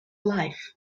life